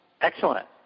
Excellent